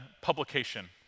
publication